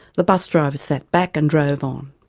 the bus driver sat back and drove on.